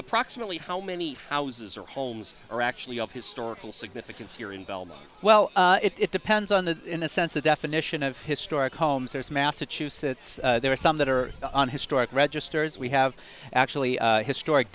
approximately how many houses are homes are actually of historical significance here in belmont well it depends on the in a sense the definition of historic homes there's massachusetts there are some that are on historic registers we have actually historic